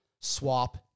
swap